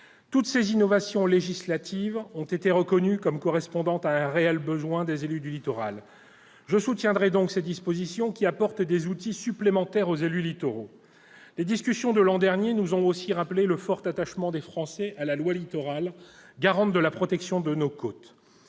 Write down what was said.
Toutes ces innovations législatives ont été reconnues comme correspondant à un réel besoin des élus du littoral. Je soutiendrai donc ces dispositions, qui apportent des outils supplémentaires aux élus littoraux. Les discussions de l'an dernier nous ont aussi rappelé le fort attachement des Français à la loi Littoral, garante de la protection de nos côtes.